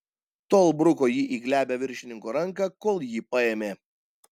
tol bruko jį į glebią viršininko ranką kol jį paėmė